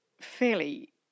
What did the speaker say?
fairly